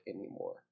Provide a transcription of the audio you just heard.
anymore